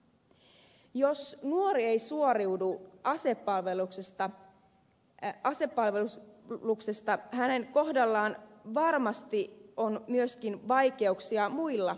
jos nuori ei suoriudu asepalveluksesta hänen kohdallaan varmasti on myöskin vaikeuksia muilla elämän poluilla